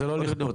זה לא לכפות.